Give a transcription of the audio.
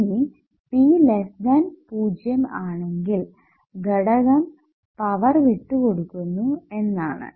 ഇനി P 0 ആണെങ്കിൽ ഘടകം പവർ വിട്ടുകൊടുക്കുന്നു എന്നാണു